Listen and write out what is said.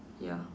ya